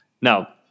now